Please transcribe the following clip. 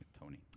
Tony